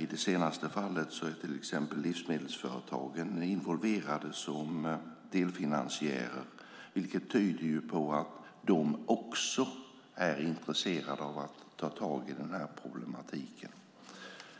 I det senare fallet är till exempel livsmedelsföretagen involverade som delfinansiärer, vilket tyder på att de också är intresserade av att ta tag i den här problematiken.